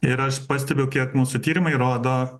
ir aš pastebiu kiek mūsų tyrimai rodo